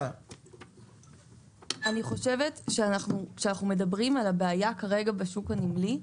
אני חושבת שאנחנו מדברים על הבעיה כרגע בשוק הנמלי,